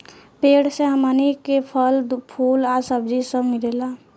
पेड़ से हमनी के फल, फूल आ सब्जी सब मिलेला